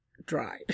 dried